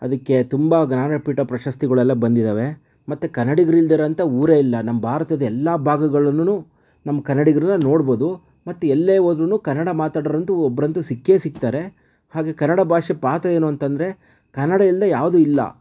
ಅದಕ್ಕೆ ತುಂಬ ಜ್ಞಾನಪೀಠ ಪ್ರಶಸ್ತಿಗಳೆಲ್ಲ ಬಂದಿದ್ದಾವೆ ಮತ್ತು ಕನ್ನಡಿಗರಿಲ್ದೆ ಇರೋಂಥ ಊರೇ ಇಲ್ಲ ನಮ್ಮ ಭಾರತದ ಎಲ್ಲ ಭಾಗಗಳಲ್ಲೂ ನಮ್ಮ ಕನ್ನಡಿಗರನ್ನ ನೋಡ್ಬೋದು ಮತ್ತು ಎಲ್ಲೇ ಹೋದ್ರೂನು ಕನ್ನಡ ಮಾತಾಡೋರಂತೂ ಒಬ್ಬರಂತೂ ಸಿಕ್ಕೇ ಸಿಕ್ತಾರೆ ಹಾಗೇ ಕನ್ನಡ ಭಾಷೆ ಪಾತ್ರ ಏನು ಅಂತಂದರೆ ಕನ್ನಡ ಇಲ್ಲದೇ ಯಾವುದೂ ಇಲ್ಲ